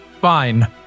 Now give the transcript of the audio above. Fine